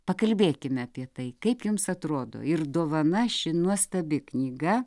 pakalbėkime apie tai kaip jums atrodo ir dovana ši nuostabi knyga